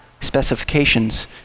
specifications